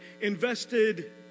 invested